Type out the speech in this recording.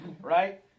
Right